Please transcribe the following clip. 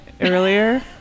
earlier